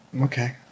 Okay